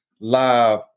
Live